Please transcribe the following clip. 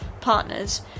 partners